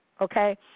okay